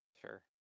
sure